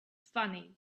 funny